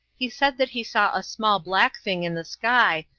he said that he saw a small black thing in the sky,